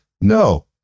No